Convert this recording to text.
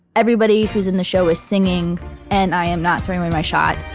everybody who's in the show is singing and i am not throwing away my shot.